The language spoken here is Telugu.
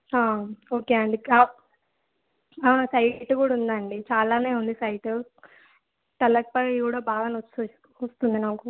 ఓకే అండి సైట్ కూడా ఉందండి చాలానే ఉంది సైట్ తలపై కూడా బాగా నొప్పే వస్తుంది నాకు